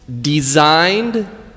designed